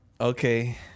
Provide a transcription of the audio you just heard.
Okay